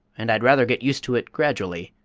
and i'd rather get used to it gradually,